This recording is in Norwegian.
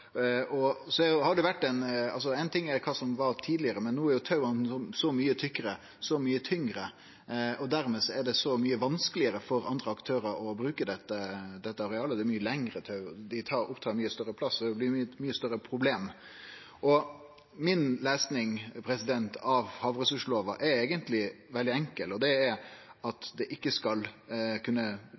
Ein ting er kva som var tidlegare, men no er taua så mykje tjukkare og tyngre, og dermed er det så mykje vanskelegare for andre aktørar å bruke dette arealet. Det er mykje lengre tau, dei opptar mykje større plass og blir eit mykje større problem. Mi lesing av havressurslova er eigentleg veldig enkel. Det er at det ikkje skal kunne